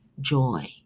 joy